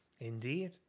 Indeed